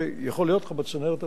זה יכול להיות בצנרת הראשית,